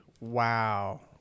Wow